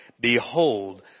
Behold